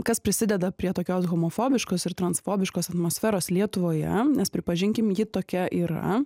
kas prisideda prie tokios homofobiškos ir transfobiškos atmosferos lietuvoje nes pripažinkim ji tokia yra